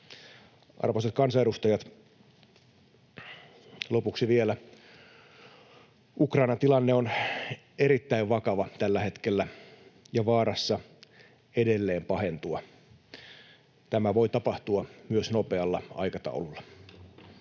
Arvoisat kansanedustajat, lopuksi vielä: Ukrainan tilanne on erittäin vakava tällä hetkellä ja vaarassa edelleen pahentua. Tämä voi tapahtua myös nopealla aikataululla.